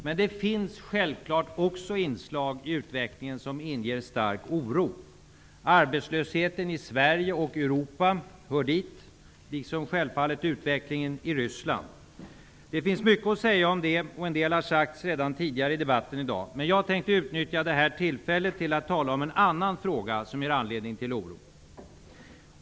Men det finns självfallet också inslag i utvecklingen som inger stark oro. Arbetslösheten i Sverige och Europa hör dit, liksom självfallet utvecklingen i Ryssland. Det finns mycket att säga om det, och en del har sagts redan tidigare i debatten i dag. Jag tänkte utnyttja det här tillfället till att tala om en annan fråga som ger anledning till oro.